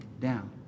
down